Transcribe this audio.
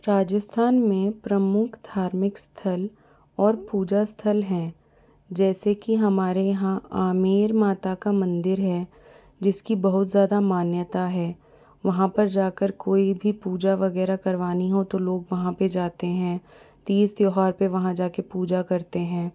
राजस्थान में प्रमुख धार्मिक स्थल और पूजा स्थल है जैसे कि हमारे यहाँ आमेर माता का मंदिर है जिसकी बहुत ज़्यादा मान्यता है वहाँ पर जाकर कोई भी पूजा वगैरह करवानी हो तो लोग वहाँ पर जाते हैं तीज त्योहार पर वहाँ जाके पूजा करते हैं